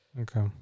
Okay